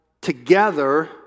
together